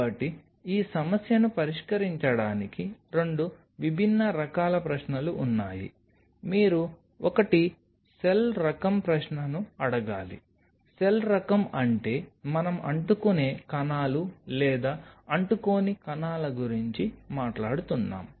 కాబట్టి ఈ సమస్యను పరిష్కరించడానికి 2 విభిన్న రకాల ప్రశ్నలు ఉన్నాయి మీరు 1 సెల్ రకం ప్రశ్నను అడగాలి సెల్ రకం అంటే మనం అంటుకునే కణాలు లేదా అంటుకోని కణాల గురించి మాట్లాడుతున్నాం